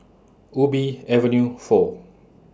Ubi Avenue four